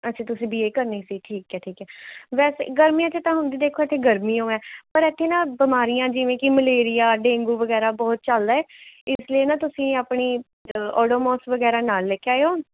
ਅੱਛਾ ਤੁਸੀਂ B A ਕਰਨੀ ਸੀ ਠੀਕ ਹੈ ਠੀਕ ਵੈਸੇ ਹੈ ਗਰਮੀਆਂ 'ਚ ਤਾਂ ਹੁੰਦੀ ਦੇਖੋ ਇੱਥੇ ਗਰਮੀ ਓ ਹੈ ਪਰ ਇੱਥੇ ਨਾ ਬਿਮਾਰੀਆਂ ਜਿਵੇਂ ਕਿ ਮਲੇਰੀਆ ਡੇਂਗੂ ਵਗੈਰਾ ਬਹੁਤ ਚੱਲਦਾ ਇਸ ਲਈ ਨਾ ਤੁਸੀਂ ਆਪਣੀ ਓਡੋਮੋਸ ਵਗੈਰਾ ਨਾਲ਼ ਲੈ ਕੇ ਆਇਓ